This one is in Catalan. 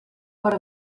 per